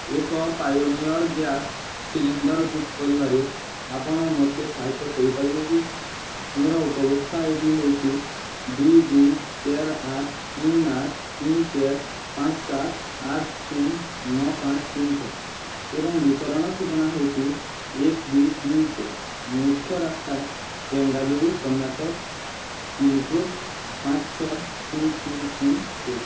ଏକ Pioneer gas cylinder book କରିବାରେ ଆପଣ ମୋତେ ସାହାଯ୍ୟ କରିପାରିବେ କି ମୋର ଉପଭୋକ୍ତା ଆଇ ଡ଼ି ହେଉଛି ଦୁଇ ଦୁଇ ଚାରି ଆଠ ତିନି ଆଠ ତିନି ଚାରି ପାଞ୍ଚ ସାତ ଆଠ ଶୂନ ନଅ ପାଞ୍ଚ ଶୂନ ଛଅ ଏବଂ ବିତରଣ ଠିକଣା ହେଉଛି ଏକ ଦୁଇ ତିନି ଚାରି ମୁଖ୍ୟ ରାସ୍ତା ବେଙ୍ଗାଲୁରୁ କର୍ଣ୍ଣାଟକ ପିନକୋଡ଼୍ ପାଞ୍ଚ ଛଅ ଶୂନ ଶୂନ ଶୂନ ଏକ